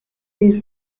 this